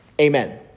Amen